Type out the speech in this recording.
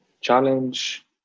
challenge